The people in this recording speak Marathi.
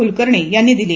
कुलकर्णी यांनी दिली